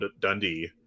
Dundee